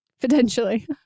Potentially